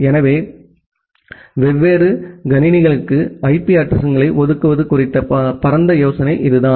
எனவே வெவ்வேறு கணினிகளுக்கு ஐபி அட்ரஸிங்களை ஒதுக்குவது குறித்த பரந்த யோசனை இதுதான்